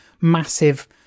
massive